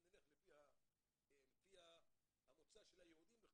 אם נלך לפי מוצא הילדים,